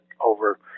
over